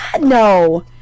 no